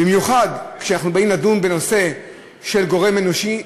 במיוחד כשאנחנו באים לדון בנושא של גורם אנושי,